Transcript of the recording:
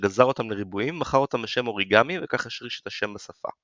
שגזר אותם לריבועים ומכר אותם בשם "אוריגמי" וכך השריש את השם בשפה.